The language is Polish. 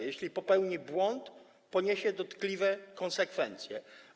Jeśli popełni błąd, poniesie dotkliwe konsekwencje.